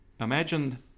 Imagine